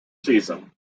season